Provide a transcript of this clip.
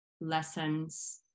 lessons